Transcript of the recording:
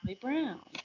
brown